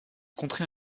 contrée